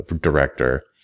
director